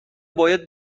باید